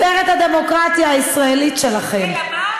לתפארת הדמוקרטיה הישראלית שלכם.